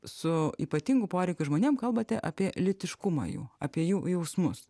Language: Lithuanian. su ypatingų poreikių žmonėm kalbate apie lytiškumą jų apie jų jausmus